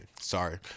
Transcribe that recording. sorry